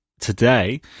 today